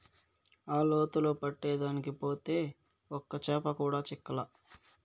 ఆ లోతులో పట్టేదానికి పోతే ఒక్క చేప కూడా చిక్కలా